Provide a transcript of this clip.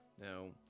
now